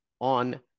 on